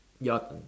your